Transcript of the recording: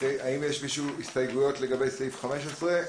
האם יש למישהו הסתייגויות לסעיף 15?